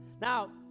now